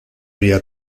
vía